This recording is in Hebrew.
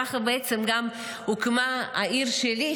ככה בעצם גם הוקמה העיר שלי,